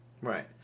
right